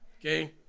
okay